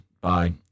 Bye